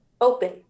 open